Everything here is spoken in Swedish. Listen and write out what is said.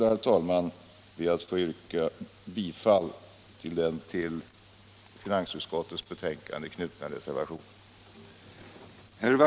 Med det anförda ber jag att få yrka bifall till de till finansutskottets betänkande nr 10 knutna reservationerna.